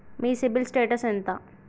మీ CIBIL status ఎంత?